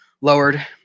lowered